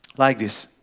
like this.